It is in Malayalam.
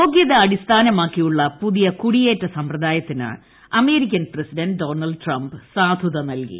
യോഗൃത അടിസ്ഥാനമാക്കിയുള്ള പുതിയ കുടിയേറ്റ സമ്പ്രദായത്തിന് അമേരിക്കൻ പ്രസിഡന്റ് ഡൊണാൾഡ് ട്രംപ്പ് സാധുത നൽകി